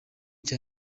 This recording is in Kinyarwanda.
cya